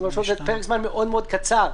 כי זה פרק זמן מאוד מאוד קצר.